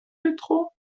petro